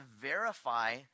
verify